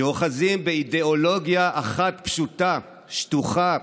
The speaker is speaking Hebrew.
שאוחזים באידיאולוגיה אחת פשוטה, שטוחה,